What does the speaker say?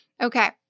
okay